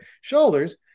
shoulders